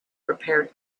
prepared